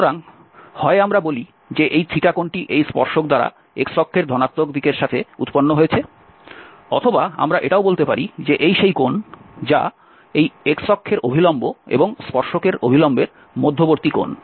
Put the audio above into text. সুতরাং হয় আমরা বলি যে এই কোণটি এই স্পর্শক দ্বারা x অক্ষের ধনাত্মক দিকের সাথে উৎপন্ন হয়েছে অথবা আমরা এটাও বলতে পারি যে এই সেই কোণ যা এই x অক্ষের অভিলম্ব এবং স্পর্শকের অভিলম্বের মধ্যবর্তী কোণ